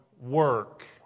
work